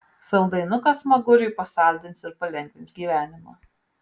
saldainukas smaguriui pasaldins ir palengvins gyvenimą